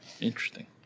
Interesting